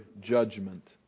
judgment